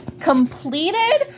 completed